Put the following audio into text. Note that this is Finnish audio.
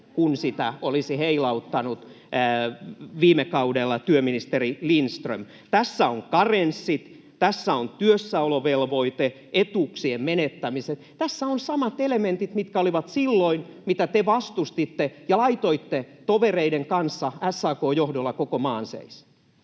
kun sitä olisi heilauttanut viime kaudella työministeri Lindström? Tässä on karenssit, tässä on työssäolovelvoite, etuuksien menettämiset, tässä on samat elementit, mitkä olivat silloin, mitä te vastustitte ja laitoitte tovereiden kanssa SAK:n johdolla koko maan seis.